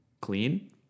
clean